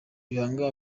ibanga